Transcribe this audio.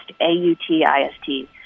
A-U-T-I-S-T